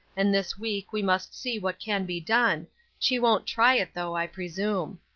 and this week we must see what can be done she won't try it, though, i presume.